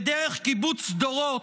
ודרך קיבוץ דורות,